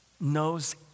knows